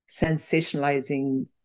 sensationalizing